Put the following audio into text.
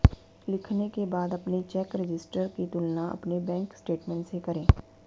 लिखने के बाद अपने चेक रजिस्टर की तुलना अपने बैंक स्टेटमेंट से करें